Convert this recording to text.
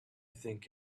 think